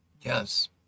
Yes